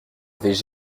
avaient